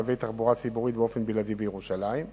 קווי תחבורה ציבורית באופן בלעדי בירושלים.